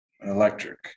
electric